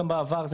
גם בעבר,